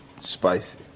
Spicy